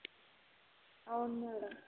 అవును మేడం